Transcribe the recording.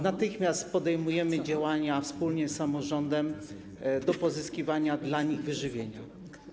Natychmiast podejmujemy działania wspólnie z samorządem w celu pozyskiwania dla nich wyżywienia.